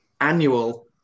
annual